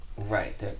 Right